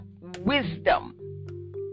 wisdom